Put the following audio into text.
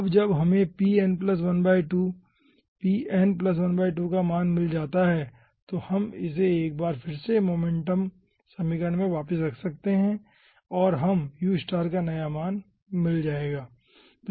अब जब हमें pn ½pn ½ का मान मिल जाता है तो हम इसे एक बार फिर से मोमेंटम समीकरण में वापस रख सकते हैं और हम u का नया मान मिल सकता हैं